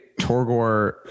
Torgor